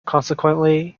consequently